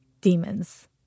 demons